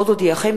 עוד אודיעכם,